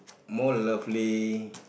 more lovely